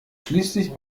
schließlich